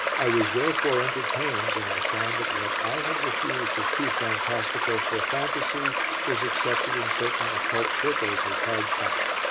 i was therefore entertained when i found that what i had refused as too fantastical for fantasy was accepted in certain occult circles as hard fact.